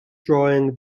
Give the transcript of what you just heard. drawing